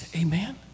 Amen